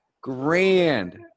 grand